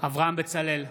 אברהם בניהו בצלאל,